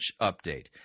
update